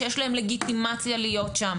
שיש להם לגיטימציה להיות שם.